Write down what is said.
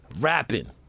rapping